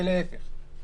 ולהפך.